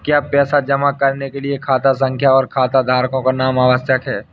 क्या पैसा जमा करने के लिए खाता संख्या और खाताधारकों का नाम आवश्यक है?